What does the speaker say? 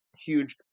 huge